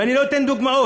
ואני לא אתן דוגמאות.